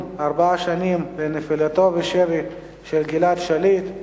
ארבע שנים לנפילתו בשבי של גלעד שליט,